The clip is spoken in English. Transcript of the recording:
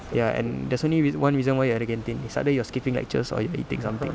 ya and there's only reason one reason you're at the canteen it's either you're skipping lectures or you're eating something